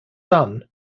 son